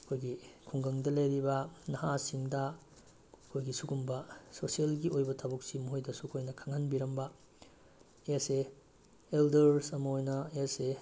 ꯑꯩꯈꯣꯏꯒꯤ ꯈꯨꯡꯒꯪꯗ ꯂꯩꯔꯤꯕ ꯅꯍꯥꯁꯤꯡꯗ ꯑꯩꯈꯣꯏꯒꯤ ꯁꯤꯒꯨꯝꯕ ꯁꯣꯁꯦꯜꯒꯤ ꯑꯣꯏꯕ ꯊꯕꯛꯁꯤ ꯃꯈꯣꯏꯗꯁꯨ ꯑꯩꯈꯣꯏꯅ ꯈꯪꯍꯟꯕꯤꯔꯝꯕ ꯑꯦꯁ ꯑꯦ ꯑꯦꯜꯗ꯭ꯔꯁ ꯑꯃ ꯑꯣꯏꯅ ꯑꯦꯁ ꯑꯦ